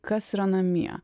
kas yra namie